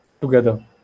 together